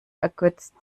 ergötzt